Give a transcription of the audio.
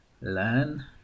learn